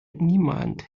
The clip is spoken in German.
niemand